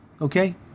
okay